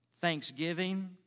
Thanksgiving